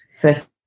first